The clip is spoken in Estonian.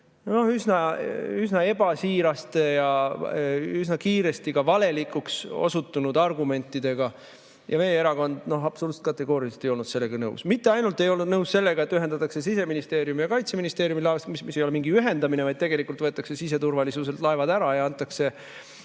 üsna ebasiiraste ja üsna kiiresti valelikuks osutunud argumentidega. Ja meie erakond absoluutselt kategooriliselt ei olnud sellega nõus. Mitte ainult ei olnud nõus sellega, et ühendatakse Siseministeeriumi ja Kaitseministeeriumi laevastik, mis ei ole mingi ühendamine, vaid tegelikult võetakse siseturvalisusest laevad ära ja antakse